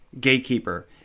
gatekeeper